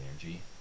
energy